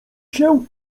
się